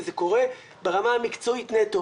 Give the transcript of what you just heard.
וזה קורה ברמה המקצועית נטו.